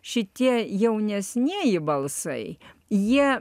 šitie jaunesnieji balsai jie